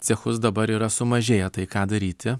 cechus dabar yra sumažėję tai ką daryti